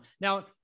Now